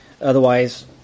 Otherwise